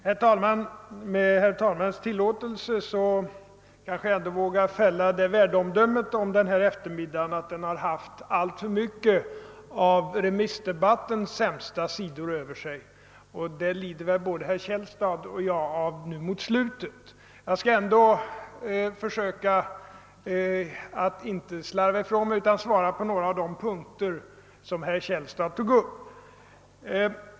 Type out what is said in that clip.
Herr talman! Med herr talmannens tillåtelse får jag kanske fälla det värdeomdömet om denna eftermiddag att den har haft alltför mycket av remissdebattens sämsta sidor över sig, och det lider väl både herr Källstad och jag av nu mot slutet av debatten. Men jag skall ändå försöka att inte slarva ifrån mig utan svara på några av de frågor som herr Källstad tog upp.